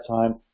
time